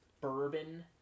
bourbon